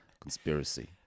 conspiracy